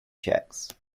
checks